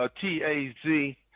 T-A-Z